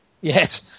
Yes